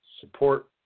support